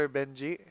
Benji